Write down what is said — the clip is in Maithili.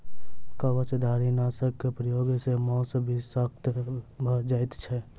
कवचधारीनाशक प्रयोग सॅ मौस विषाक्त भ जाइत छै